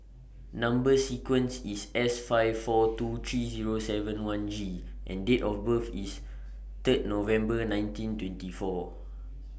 Number sequence IS S five four two three Zero seven one G and Date of birth IS Third November nineteen twenty four